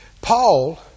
Paul